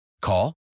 Call